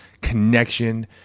connection